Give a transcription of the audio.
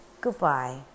goodbye